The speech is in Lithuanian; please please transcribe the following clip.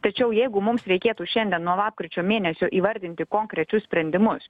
tačiau jeigu mums reikėtų šiandien nuo lapkričio mėnesio įvardinti konkrečius sprendimus